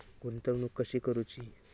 गुंतवणूक कशी करूची?